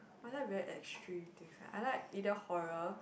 I like very extreme things like I like either horror